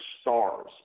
stars